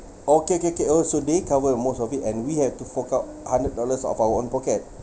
okay K K orh so they cover most of it and we have to fork out hundred dollars of our own pocket